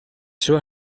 seu